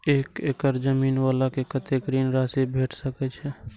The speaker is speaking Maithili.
एक एकड़ जमीन वाला के कतेक ऋण राशि भेट सकै छै?